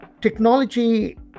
technology